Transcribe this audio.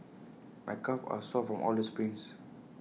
my calves are sore from all the sprints